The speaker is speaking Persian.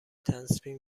تصمیم